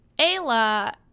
ayla